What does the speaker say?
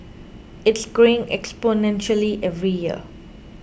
it's growing exponentially every year